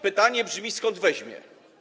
Pytanie brzmi, skąd weźmie.